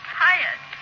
tired